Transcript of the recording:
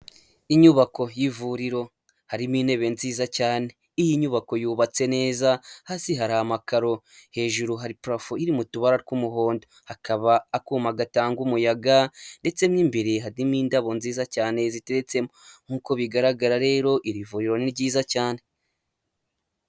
Inyubako y'ivuriro, harimo intebe nziza cyane, iyi nyubako yubatse neza, hasi hari amakaro, hejuru hari parafo iri mu tubara tw'umuhondo, hakaba akuma gatanga umuyaga ndetse mo imbere harimo indabo nziza cyane ziteretsemo nk'uko bigaragara rero iri vuriro ni ryiza cyane.